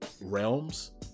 realms